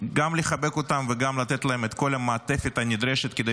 גם לחבק אותם וגם לתת להם את כל המעטפת הנדרשת כדי